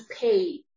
pay